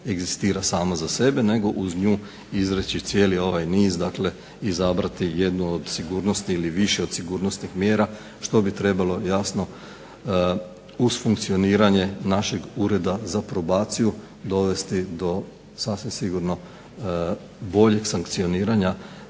egzistira sama za sebe nego uz nju izreći cijeli ovaj niz, dakle izabrati jednu od sigurnosnih ili više od sigurnosnih mjera što bi trebalo jasno uz funkcioniranje našeg Ureda za probaciju dovesti do sasvim sigurno boljeg sankcioniranja